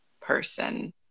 person